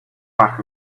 back